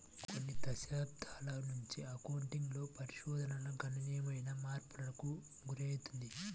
కొన్ని దశాబ్దాల నుంచి అకౌంటింగ్ లో పరిశోధన గణనీయమైన మార్పులకు గురైంది